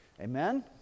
Amen